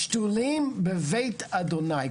"שתולים בבית ה'".